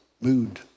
mood